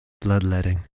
bloodletting